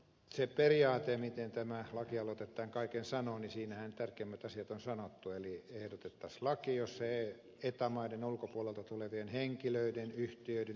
siinä periaatteessa miten tämä lakialoite tämän kaiken sanoo tärkeimmät asiat on sanottu eli ehdotettaisiin lakia eta maiden ulkopuolelta tulevien henkilöiden yhtiöiden yhteisöjen ynnä muuta